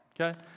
Okay